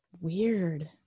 Weird